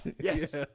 Yes